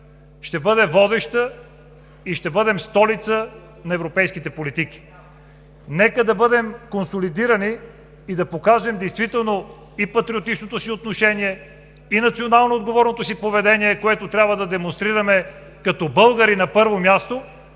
ще бъде водеща и ще бъдем столица на европейските политики. Нека да бъдем консолидирани и да покажем действително и патриотичното си отношение, и национално отговорното си поведение, което трябва да демонстрираме като българи на първо място,